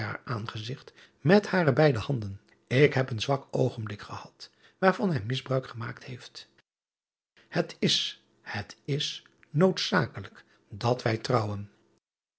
met hare beide handen ik heb een zwak oogenblik gehad waarvan hij misbruik gemaakt heeft et is het is noodzakelijk dat wij trouwen